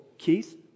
Keith